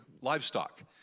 livestock